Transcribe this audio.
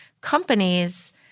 companies